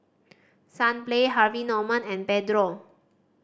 Sunplay Harvey Norman and Pedro